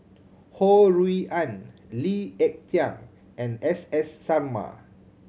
Ho Rui An Lee Ek Tieng and S S Sarma